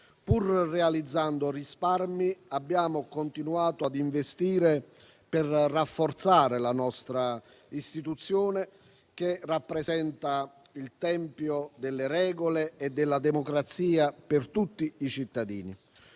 Pur realizzando risparmi, abbiamo continuato a investire per rafforzare la nostra istituzione, che rappresenta il tempio delle regole e della democrazia per tutti i cittadini.